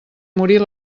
morir